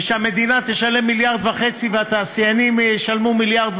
ושהמדינה תשלם 1.5 מיליארד, והתעשיינים ישלמו 1.5